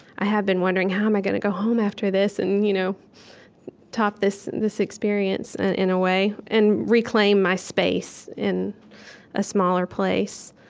i have been wondering, how am i gonna go home after this and you know top this this experience, and in a way, and reclaim my space in a smaller place?